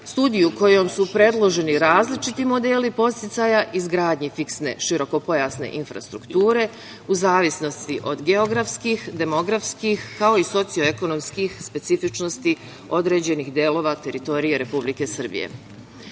studiju kojom su predloženi različiti modeli podsticaja izgradnje fiksne širokopojasne infrastrukture, u zavisnosti od geografskih, demografskih, kao i socioekonomskih specifičnosti određenih delova teritorije Republike